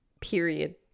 period